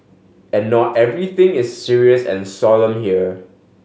and not everything is serious and solemn here